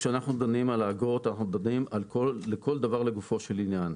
כשאנחנו דנים על האגרות אנחנו דנים לכל דבר לגופו של עניין.